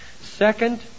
Second